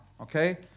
okay